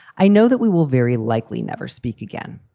i know that we will very likely never speak again.